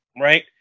right